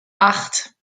acht